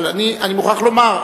אבל אני מוכרח לומר,